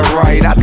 right